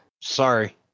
sorry